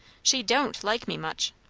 she don't like me much.